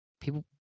People